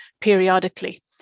periodically